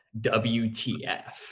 WTF